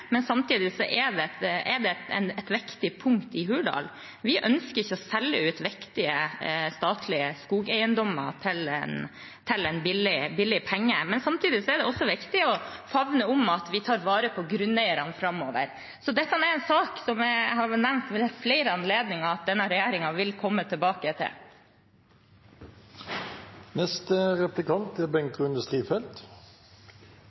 Samtidig er det et viktig punkt i Hurdalsplattformen at vi ikke ønsker å selge ut viktige statlige skogeiendommer til en billig penge. Det er også viktig å favne om at vi tar vare på grunneierne framover. Så dette er en sak jeg ved flere anledninger har nevnt at denne regjeringen vil komme tilbake til.